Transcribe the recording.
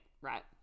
right